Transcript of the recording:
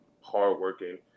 hardworking